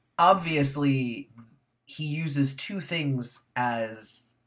obviously he uses two things as.